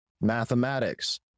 mathematics